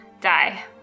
die